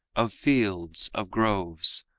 of fields, of groves,